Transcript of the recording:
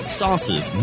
sauces